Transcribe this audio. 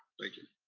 thank you.